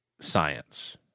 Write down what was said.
science